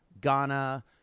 Ghana